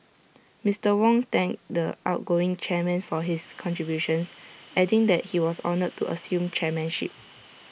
Mister Wong thanked the outgoing chairman for his contributions adding that he was honoured to assume chairmanship